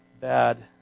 bad